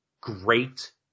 great